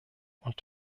und